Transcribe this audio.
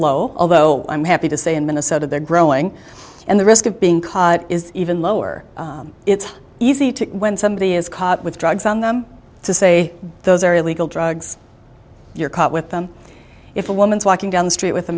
low although i'm happy to say in minnesota they're growing and the risk of being caught is even lower it's easy to when somebody is caught with drugs on them to say those are legal drugs you're caught with them if a woman's walking down the street with a